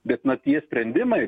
bet na tie sprendimai